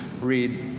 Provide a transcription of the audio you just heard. read